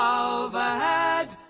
overhead